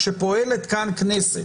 שפועלת כאן כנסת,